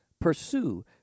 Pursue